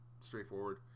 Straightforward